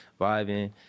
vibing